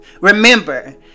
Remember